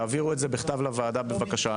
תעבירו את זה בכתב לוועדה בבקשה,